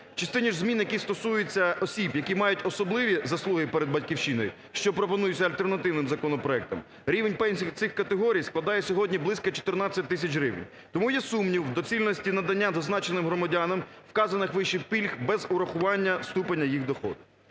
частині ж змін, які стосуються осіб, які мають особливі заслуги перед Батьківщиною, що пропонується альтернативним законопроектом рівень пенсій цих категорій складає сьогодні близько 14 тисяч гривень. Тому є сумнів в доцільності надання зазначеним громадянам вказаних вище пільг без урахування ступеня їх доходу.